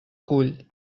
cull